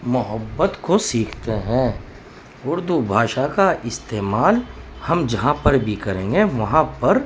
محبت کو سیکھتے ہیں اردو بھاشا کا استعمال ہم جہاں پر بھی کریں گے وہاں پر